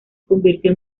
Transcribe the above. convirtió